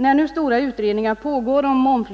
När nu utredningar pågår om